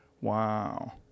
Wow